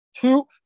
two